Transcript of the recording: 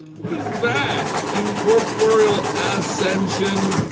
what is that? incorporeal asscension,